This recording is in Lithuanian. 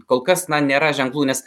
kol kas nėra ženklų nes